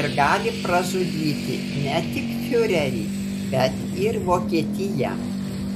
ir gali pražudyti ne tik fiurerį bet ir vokietiją